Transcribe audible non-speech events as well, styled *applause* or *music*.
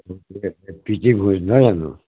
*unintelligible* প্ৰীতি ভােজ নহয় জানো